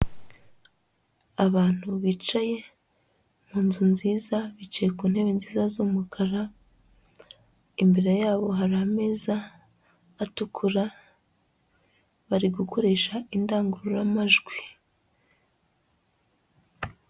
Abantu bicaye mu nzu nziza, bicaye ku ntebe nziza z'umukara, imbere yabo hari ameza atukura, bari gukoresha indangururamajwi.